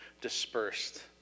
dispersed